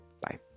Bye